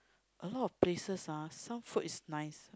a lot of places ah some food is nice